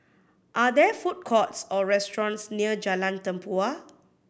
are there food courts or restaurants near Jalan Tempua